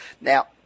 now